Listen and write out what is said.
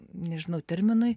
nežinau terminui